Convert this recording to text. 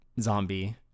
Zombie